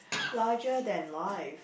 larger than life